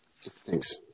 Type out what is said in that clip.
Thanks